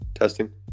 testing